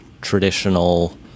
traditional